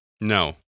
No